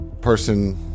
person